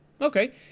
okay